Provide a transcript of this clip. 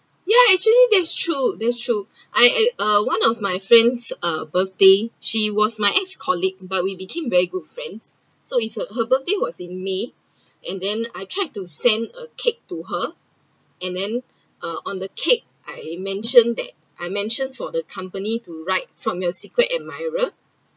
ya actually that’s true that’s true I uh one of my friends uh birthday she was my ex colleague but we became very good friend so is her her birthday was in may and then I tried to send a cake to her and then uh on the cake I mentioned that I mentioned for the company to write from your secret admirer